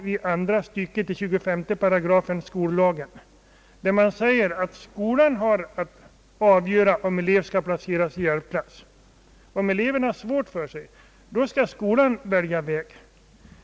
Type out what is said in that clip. I andra stycket i 25 § skollagen sägs, att skolan har att avgöra om elev skall placeras i hjälpklass. Detta är en tvingande lagstiftning: Om eleven har svårt för sig, skall skolan välja väg.